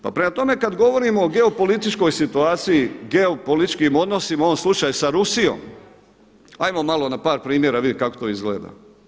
Pa prema tome, kad govorimo o geopolitičkoj situaciji, geopolitičkim odnosima u ovom slučaju sa Rusijom, hajmo malo na par primjera vidjeti kako to izgleda.